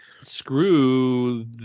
screw